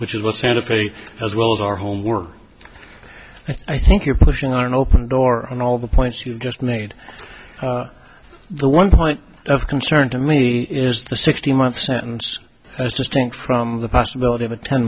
which is what santa fe as well as our home were i think you're pushing are an open door on all the points you just made the one point of concern to me is a sixteen month sentence as distinct from the possibility of a ten